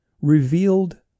revealed